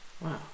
Wow